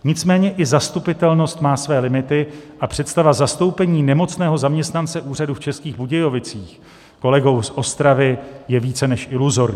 Nicméně i zastupitelnost má své limity a představa zastoupení nemocného zaměstnance úřadu v Českých Budějovicích kolegou z Ostravy je více než iluzorní.